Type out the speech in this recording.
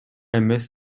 эмес